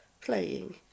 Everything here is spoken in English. playing